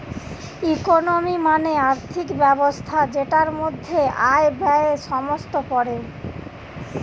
economy মানে আর্থিক ব্যবস্থা যেটার মধ্যে আয়, ব্যয়ে সমস্ত পড়ে